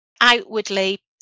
Outwardly